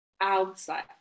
outside